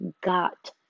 got